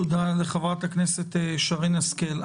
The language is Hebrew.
תודה לחברת הכנסת שרן השכל.